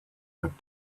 that